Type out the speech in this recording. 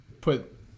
put